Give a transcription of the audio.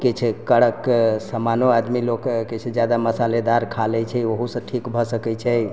किछु कड़क समानो आदमी लोग किछु जादा मशालेदार खा लै छै ओहु सँ ठीक भऽ सकै छै